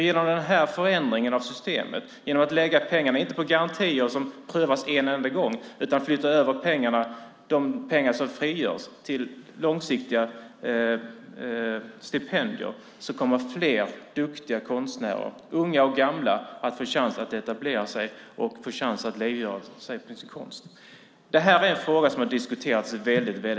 Genom denna förändring av systemet - att vi inte lägger pengarna på garantier som prövas en enda gång utan flyttar över de pengar som frigörs till långsiktiga stipendier - kommer fler duktiga konstnärer, unga som gamla, att få chans att etablera sig och livnära sig på sin konst. Detta är en fråga som har diskuterats väldigt länge.